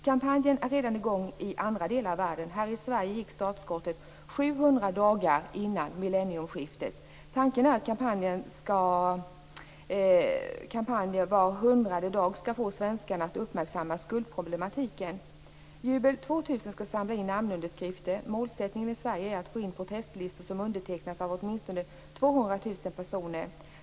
Kampanjen är redan i gång i andra delar av världen. Här i Sverige gick startskottet 700 dagar före millennieskiftet. Tanken är att kampanjer var hundrade dag skall få svenskarna att uppmärksamma skuldproblematiken. Jubel 2000 skall samla in namnunderskrifter. Målsättningen i Sverige är att få in protestlistor som undertecknats av åtminstone 200 000 personer.